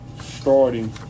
starting